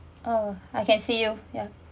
oh I can see you ya